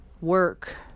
Work